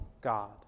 God